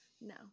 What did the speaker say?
No